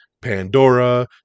Pandora